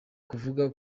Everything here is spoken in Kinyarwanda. kuvuga